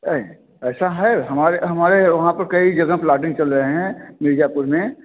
एइ ऐसा है हमारे हमारे वहाँ पर कई जगह प्लाटिंग चल रहे हैं मिर्ज़ापुर में